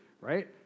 right